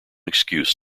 excuse